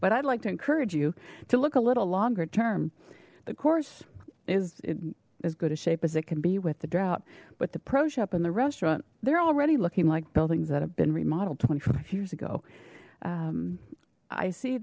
but i'd like to encourage you to look a little longer term the course is in as good a shape as it can be with the drought but the pro shop and the restaurant they're already looking like buildings that have been remodeled twenty five years ago i see